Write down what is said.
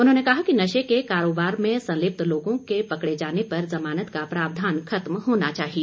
उन्होंने कहा कि नशे के कारोबार में संलिप्त लोगों के पकड़े जाने पर जमानत का प्रावधान खत्म होना चाहिए